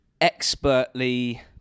Expertly